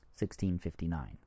1659